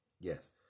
Yes